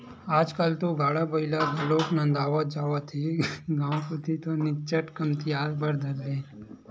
आजकल तो गाड़ा बइला घलोक नंदावत जात हे गांव कोती तो निच्चट कमतियाये बर धर ले हवय